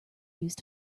used